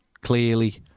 clearly